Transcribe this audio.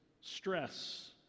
stress